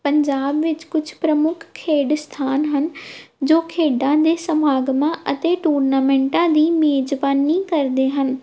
ਪੰਜਾਬ ਵਿੱਚ ਕੁਝ ਪ੍ਰਮੁੱਖ ਖੇਡ ਸਥਾਨ ਹਨ ਜੋ ਖੇਡਾਂ ਦੇ ਸਮਾਗਮਾਂ ਅਤੇ ਟੂਰਨਾਮੈਂਟਾਂ ਦੀ ਮੇਜ਼ਬਾਨੀ ਕਰਦੇ ਹਨ